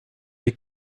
les